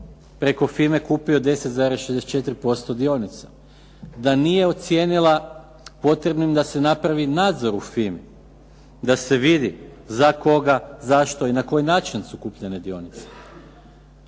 preko firme kupio 10,64% dionica, da nije ocijenila potrebnim da se napravi nadzor u FIMA-i, da se vidi za koga, zašto i na koji način su kupljene dionice.